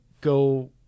go